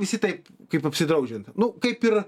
visi taip kaip apsidraudžiant nu kaip ir